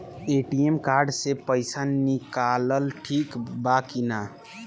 ATM card से पईसा निकालल ठीक बा की ना?